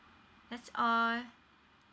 that's all